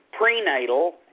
prenatal